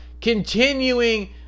continuing